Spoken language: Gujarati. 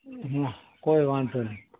હા કોઇ વાંધો નહીં